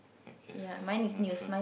I guess not sure